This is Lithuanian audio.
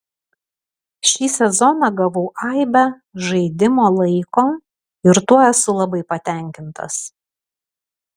šį sezoną gavau aibę žaidimo laiko ir tuo esu labai patenkintas